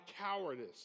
cowardice